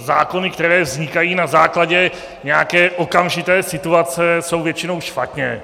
Zákony, které vznikají na základě nějaké okamžité situace, jsou většinou špatně.